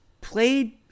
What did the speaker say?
played